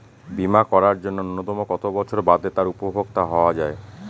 বীমা করার জন্য ন্যুনতম কত বছর বাদে তার উপভোক্তা হওয়া য়ায়?